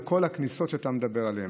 בכל הכניסות שאתה מדבר עליהן.